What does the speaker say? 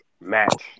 match